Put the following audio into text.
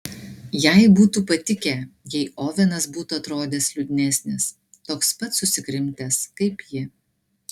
jai būtų patikę jei ovenas būtų atrodęs liūdnesnis toks pat susikrimtęs kaip ji